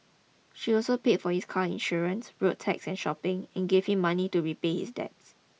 she also paid for his car insurance road tax and shopping and gave him money to repay his debts